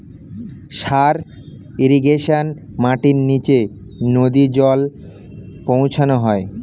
sub irrigation মাটির নিচে নদী জল পৌঁছানো হয়